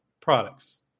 products